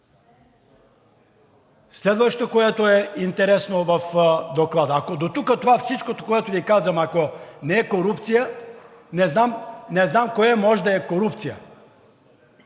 Следващото, което е интересно в Доклада. Ако дотук това всичкото, което Ви казвам, не е корупция, не знам кое може да е корупция!